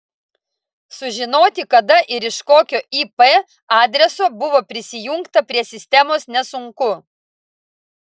sužinoti kada ir iš kokio ip adreso buvo prisijungta prie sistemos nesunku